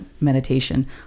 meditation